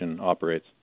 operates